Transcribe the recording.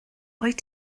wyt